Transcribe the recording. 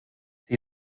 sie